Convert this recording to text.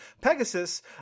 Pegasus